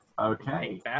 Okay